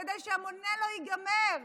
כדי שהמונה לא ייגמר,